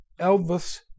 Elvis